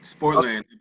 Sportland